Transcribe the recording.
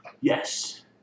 Yes